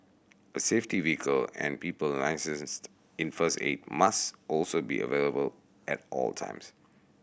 a safety vehicle and people licensed in first aid must also be available at all times